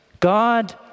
God